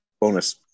Bonus